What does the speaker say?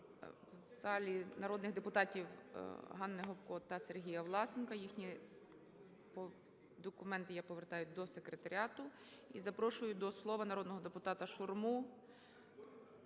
в залі народних депутатів Ганни Гопко та Сергія Власенка, їхні документи я повертаю до секретаріату. І запрошую до слова народного депутата Шурму.